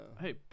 Hey